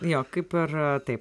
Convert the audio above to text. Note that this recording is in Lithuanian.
jo kaip ir taip